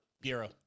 Bureau